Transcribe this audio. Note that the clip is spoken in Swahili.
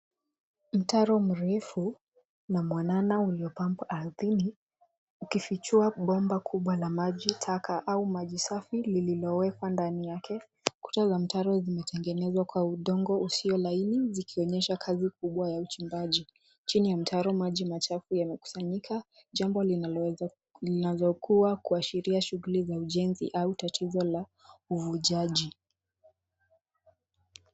Mtaro mrefu na mwanana uliopambwa ardhini ukifichua bomba kubwa la maji taka au maji safi lililowekwa ndani yake, kuta za mtaro zimetengenezwa kwa udongo usio laini zikionyesha kazi kubwa ya uchimbaji ,chini ya mtaaro maji machafu yamekusanyika jambo linaloweza kuwa kuashiria shughuli za ujenzi au tatizo la uvujaji.